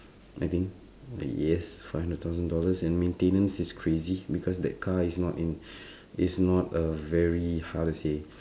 I think uh yes five hundred thousand dollars and maintenance is crazy because that car is not in it's not a very how to say